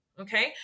Okay